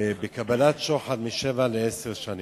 ובקבלת שוחד, משבע לעשר שנים.